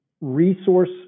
resource